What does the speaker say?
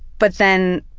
but then